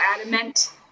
adamant